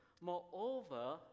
Moreover